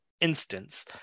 instance